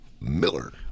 Miller